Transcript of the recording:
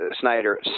Snyder